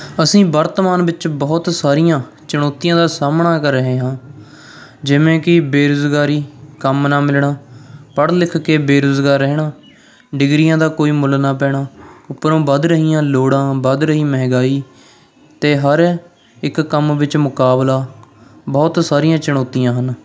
ਅਸੀਂ ਵਰਤਮਾਨ ਵਿੱਚ ਬਹੁਤ ਸਾਰੀਆਂ ਚੁਣੌਤੀਆਂ ਦਾ ਸਾਹਮਣਾ ਕਰ ਰਹੇ ਹਾਂ ਜਿਵੇਂ ਕੀ ਬੇਰੁਜ਼ਗਾਰੀ ਕੰਮ ਨਾ ਮਿਲਣਾ ਪੜ੍ਹ ਲਿਖ ਕੇ ਬੇਰੁਜ਼ਗਾਰ ਰਹਿਣਾ ਡਿਗਰੀਆਂ ਦਾ ਕੋਈ ਮੁੱਲ ਨਾ ਪੈਣਾ ਉੱਪਰੋਂ ਵੱਧ ਰਹੀਆਂ ਲੋੜਾਂ ਵੱਧ ਰਹੀ ਮਹਿੰਗਾਈ ਅਤੇ ਹਰ ਇੱਕ ਕੰਮ ਵਿੱਚ ਮੁਕਾਬਲਾ ਬਹੁਤ ਸਾਰੀਆਂ ਚੁਣੌਤੀਆਂ ਹਨ